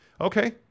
Okay